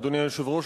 אדוני היושב-ראש,